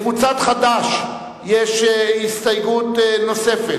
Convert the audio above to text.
לקבוצת חד"ש יש הסתייגות נוספת